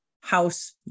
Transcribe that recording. House